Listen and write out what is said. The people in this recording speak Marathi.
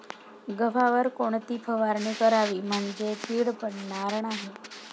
गव्हावर कोणती फवारणी करावी म्हणजे कीड पडणार नाही?